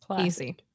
Easy